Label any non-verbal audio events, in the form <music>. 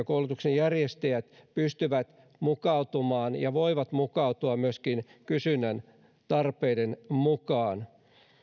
<unintelligible> koulutuksen järjestäjät pystyvät mukautumaan ja voivat mukautua myöskin kysynnän tarpeiden mukaan